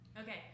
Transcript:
Okay